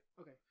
Okay